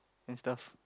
and stuff